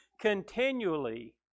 continually